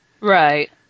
Right